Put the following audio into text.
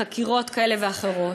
לחקירות כאלה ואחרות.